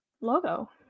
logo